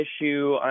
issue